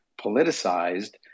politicized